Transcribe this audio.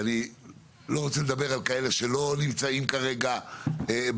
אני לא רוצה לדבר על כאלה שלא נמצאים כרגע בתפקיד,